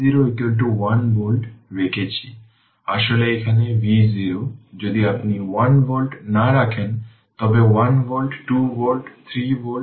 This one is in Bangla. তাহলে এর মানে হল যে সুইচটি দীর্ঘ সময়ের জন্য ক্লোজ থাকার সময় যা বলা হত সেই সময়ে এই ক্যাপাসিটরের জুড়ে ভোল্টেজ ছিল মাত্র 15 ভোল্ট